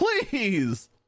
please